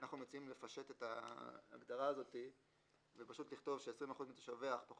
אנחנו מציעים לפשט את ההגדרה הזאת ופשוט לכתוב ש-"20% מתושביה אך פחות